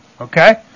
okay